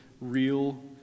real